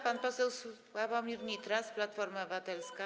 Pan poseł Sławomir Nitras, Platforma Obywatelska.